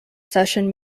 session